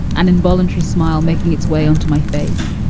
an involuntary smile making its way onto my face.